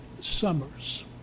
Summers